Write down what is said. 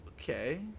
Okay